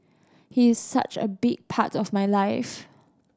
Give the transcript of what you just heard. he is such a big part of my life